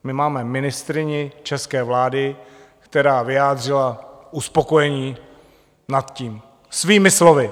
My máme ministryni české vlády, která vyjádřila uspokojení nad tím svými slovy.